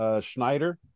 Schneider